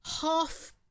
half